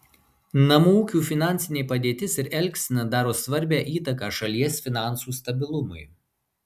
namų ūkių finansinė padėtis ir elgsena daro svarbią įtaką šalies finansų stabilumui